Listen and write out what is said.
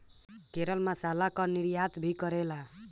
केरल मसाला कअ निर्यात भी करेला